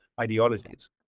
ideologies